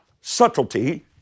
subtlety